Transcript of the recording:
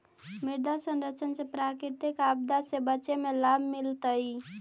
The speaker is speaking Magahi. मृदा संरक्षण से प्राकृतिक आपदा से बचे में लाभ मिलतइ